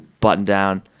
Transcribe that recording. button-down